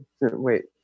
Wait